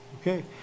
Okay